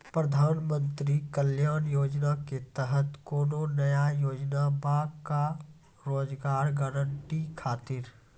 प्रधानमंत्री कल्याण योजना के तहत कोनो नया योजना बा का रोजगार गारंटी खातिर?